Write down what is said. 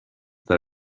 that